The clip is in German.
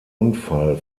unfall